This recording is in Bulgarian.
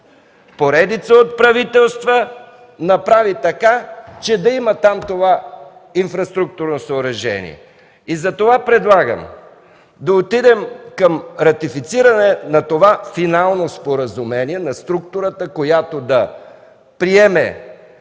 Поредица от правителства направиха така, че да го има там това инфраструктурно съоръжение. Затова предлагам да отидем към ратифициране на това финално споразумение, на структурата, която да приеме